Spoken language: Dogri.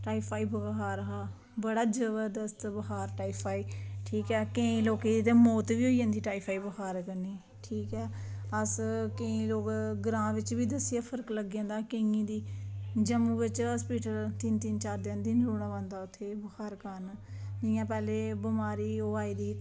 टाईडफाईड बखार हा बड़ा जबरदस्त बखार टाईडफाईड ठीक ऐ ते केईं लोकें दी मौत बी होई जंदी टाईडफाईड बखार कन्नै ठीक ऐ अस केईं लोग ग्रांऽ बिच बी फर्क लग्गियै फर्क पेई जंदा केइयें गी जम्मू हॉस्पिटल बिच तीन तीन चार चार दिन रौह्ना पौंदा उत्थें बुखार कारण इंया पैह्लें बमारी ओह् आई दी ही